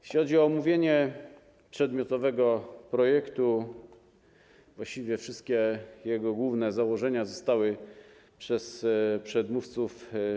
Jeśli chodzi o omówienie przedmiotowego projektu, to właściwie wszystkie jego główne założenia zostały przybliżone przez przedmówców.